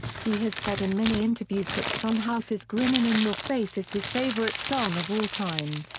he has said in many interviews that son house's grinnin' in your face is his favorite song of all time.